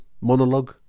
monologue